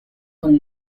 con